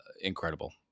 incredible